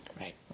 right